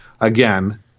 again